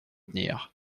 tenir